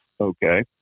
okay